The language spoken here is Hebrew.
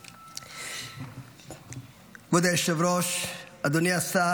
כבוד היושב-ראש, אדוני השר,